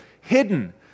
hidden